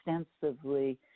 extensively